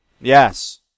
Yes